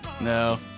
No